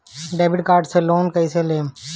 Debit card से loan कईसे लेहम?